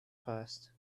passed